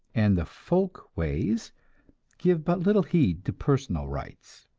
and the folkways give but little heed to personal rights.